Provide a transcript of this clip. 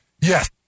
Yes